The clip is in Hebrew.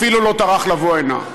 אפילו לא טרח לבוא הנה.